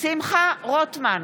שמחה רוטמן,